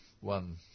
one